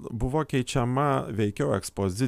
buvo keičiama veikiau ekspozicija